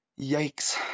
Yikes